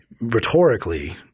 rhetorically